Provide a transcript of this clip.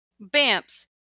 Bamps